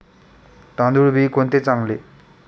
तांदूळ बी कोणते चांगले?